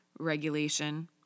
regulation